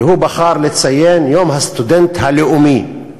והוא בחר לציין יום הסטודנט הלאומי,